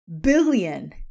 Billion